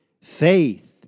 faith